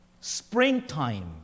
Springtime